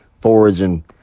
foraging